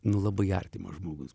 nu labai artimas žmogus